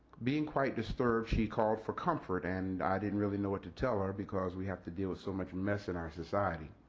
being quite disturbed, she called for comfort, and i didn't really know what to tell her, because we have to deal with so much mess in our society.